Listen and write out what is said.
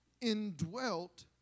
indwelt